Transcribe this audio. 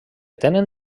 tenen